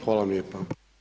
Hvala vam lijepa.